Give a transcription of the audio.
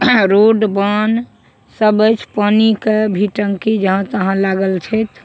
road बान्ह सब अछि पानीके भी टंकी जहाँ तहाँ लागल छै